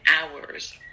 hours